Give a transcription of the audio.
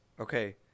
Okay